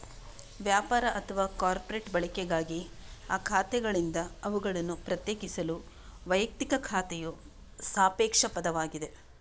ವ್ಯಾಪಾರ ಅಥವಾ ಕಾರ್ಪೊರೇಟ್ ಬಳಕೆಗಾಗಿ ಆ ಖಾತೆಗಳಿಂದ ಅವುಗಳನ್ನು ಪ್ರತ್ಯೇಕಿಸಲು ವೈಯಕ್ತಿಕ ಖಾತೆಯು ಸಾಪೇಕ್ಷ ಪದವಾಗಿದೆ